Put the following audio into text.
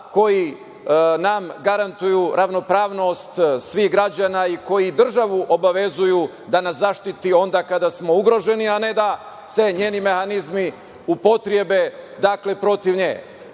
koji nam garantuju ravnopravnost svih građana i koji državu obavezuju da nas zaštiti onda kada smo ugroženi, a ne da se njeni mehanizmi upotrebe protiv